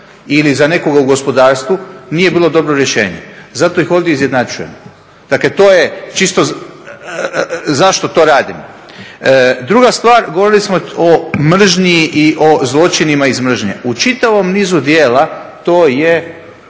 ili za nekoga u gospodarstvu nije bilo dobro rješenje, zato ih ovdje izjednačujemo. Dakle to je čisto zašto to radimo. Druga stvar, govorili smo o mržnji i o zločinima iz mržnje. U čitavom nizu djela to je